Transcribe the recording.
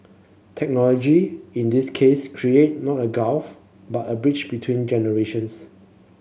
technology in this case created not a gulf but a bridge between generations